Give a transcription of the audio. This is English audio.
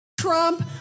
Trump